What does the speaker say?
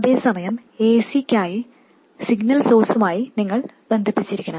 അതേസമയം acക്കായി സിഗ്നൽ സോഴ്സ്മായി നിങ്ങൾ ബന്ധിപ്പിച്ചിരിക്കണം